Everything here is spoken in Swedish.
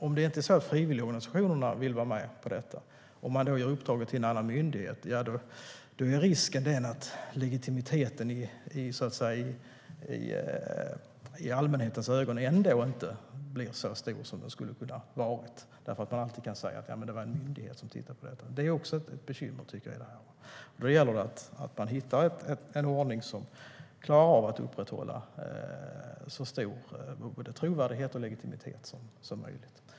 Om inte frivilligorganisationerna vill vara med på detta, och man då ger uppdraget till en annan myndighet, är risken att legitimiteten i allmänhetens ögon ändå inte blir så stor som den skulle kunna vara, därför att man alltid kan säga att det var en myndighet som tittade på detta. Det är också ett bekymmer i det här. Därför gäller det att hitta en ordning som klarar att upprätthålla både så stor trovärdighet och legitimitet som möjligt.